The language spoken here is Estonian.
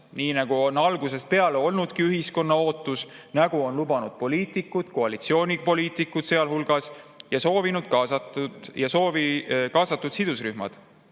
nii nagu on algusest peale olnud ühiskonna ootus, nagu on lubanud poliitikud, koalitsioonipoliitikud sealhulgas, ja soovinud kaasatud sidusrühmad.